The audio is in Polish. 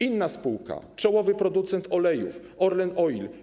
Inna spółka to czołowy producent olejów, Orlen Oil.